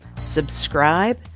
subscribe